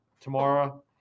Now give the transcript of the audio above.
tomorrow